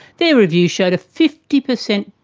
their review showed a fifty percent